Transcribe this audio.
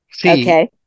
okay